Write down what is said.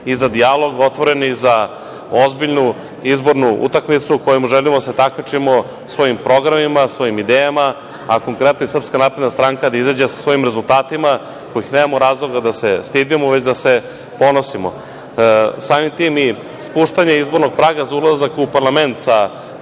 i da smo otvoreni za ozbiljnu izbornu utakmicu u kojoj želimo da se takmičimo, svojim programima, svojim idejama, a konkretno i SNS da izađe sa svojim rezultatima, zbog kojih nemamo razloga da se stidimo, već da se ponosimo. Samim tim i spuštanje izbornog praga za ulazak u parlament sa